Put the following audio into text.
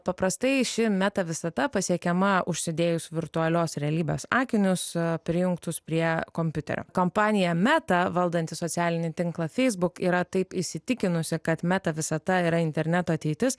paprastai ši meta visata pasiekiama užsidėjus virtualios realybės akinius prijungtus prie kompiuterio kompanija meta valdanti socialinį tinklą facebook yra taip įsitikinusi kad meta visata yra interneto ateitis